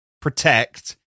Protect